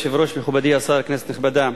כבוד היושב-ראש, מכובדי השר, כנסת נכבדה,